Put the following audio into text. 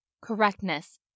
Correctness